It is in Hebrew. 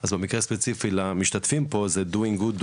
אז במקרה הספציפי למשתתפים פה זה doing good,